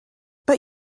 but